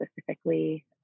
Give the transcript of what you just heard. specifically